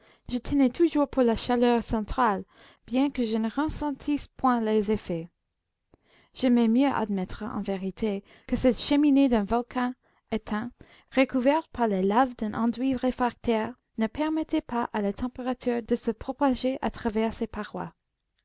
je tenais toujours pour la chaleur centrale bien que je n'en ressentisse point les effets j'aimais mieux admettre en vérité que cette cheminée d'un volcan éteint recouverte par les laves d'un enduit réfractaire ne permettait pas à la température de se propager à travers ses parois